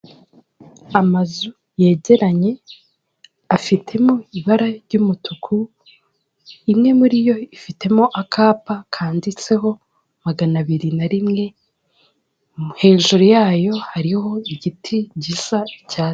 Amazu yegeranye afitemo ibara ry'umutuku imwe muri yo ifitemo akapa kanditseho magana abiri na rimwe hejuru yayo hariho igiti gisa icyatsi.